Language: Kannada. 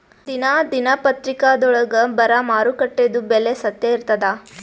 ದಿನಾ ದಿನಪತ್ರಿಕಾದೊಳಾಗ ಬರಾ ಮಾರುಕಟ್ಟೆದು ಬೆಲೆ ಸತ್ಯ ಇರ್ತಾದಾ?